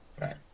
Right